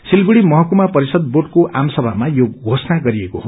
सिलीगुङ्गी महकुमा परिषद बोँडको आमसभामा यो घोषणा गरिएको हो